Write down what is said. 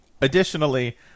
additionally